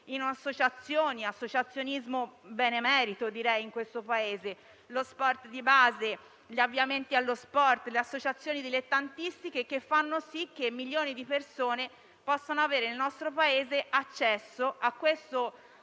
in associazioni, associazionismo benemerito direi: lo sport di base, gli avviamenti allo sport, le associazioni dilettantistiche, che fanno sì che milioni di persone possano avere in Italia accesso a questo